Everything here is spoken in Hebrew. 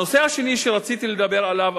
הנושא השני שרציתי לדבר עליו,